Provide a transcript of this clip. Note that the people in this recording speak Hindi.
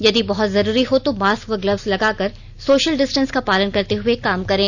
यदि बहत जरूरी हो तो मास्क व गलप्स लगाकर सोषल डिस्टेंस का पालन करते हुए काम करें